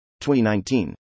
2019